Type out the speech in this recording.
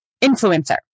influencer